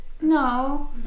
No